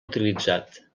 utilitzat